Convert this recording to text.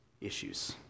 issues